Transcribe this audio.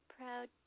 Proud